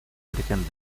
virgen